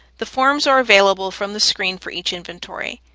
the forms are available from the screen for each inventory.